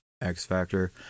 X-Factor